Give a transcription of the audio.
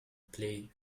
play